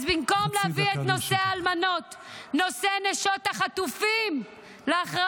אז במקום להביא את נושא האלמנות ואת נושא נשות החטופים להכרעה,